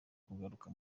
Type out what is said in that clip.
kugaruka